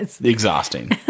Exhausting